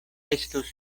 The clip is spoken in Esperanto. estus